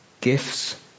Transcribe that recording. gifts